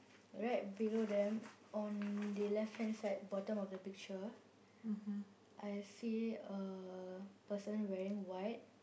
right below them on the left-hand side bottom of the picture I see a person wearing white